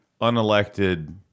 unelected